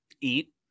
eat